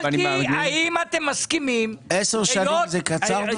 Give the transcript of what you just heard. שאלתי האם אתם מסכימים --- עשר שנים זה קצר טווח?